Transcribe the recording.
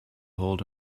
hold